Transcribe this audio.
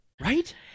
Right